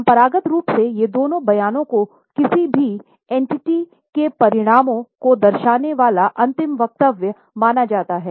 परंपरागत रूप से ये दोनों बयानों को किसी भी एंटिटी के परिणामों को दर्शाने वाला अंतिम वक्तव्य माना जाता था